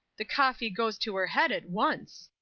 the coffee goes to her head at once.